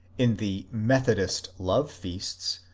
in the methodist love feasts,